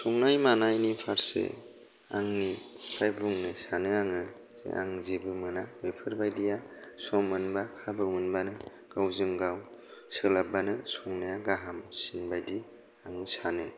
संनाय मानायनि फारसे आंनिफ्राय बुंनो सानो आङो आं जेबो मोना बेफोरबायदिआ सम मोनबानो खाबु मोनबानो गावजों गाव सोलाब्बानो संनाया गाहामसिन बायदि आं सानो